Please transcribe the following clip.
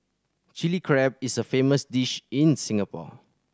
Chilli Crab is a famous dish in Singapore